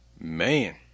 Man